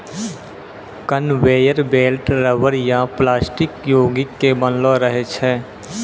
conveyor belt rubber या plastic योगिक के बनलो रहै छै